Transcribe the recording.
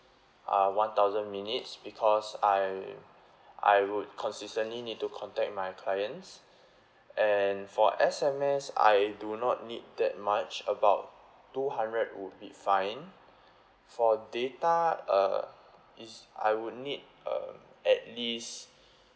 uh one thousand minutes because I I would consistently need to contact my clients and for S_M_S I do not need that much about two hundred would be fine for data uh is I would need uh at least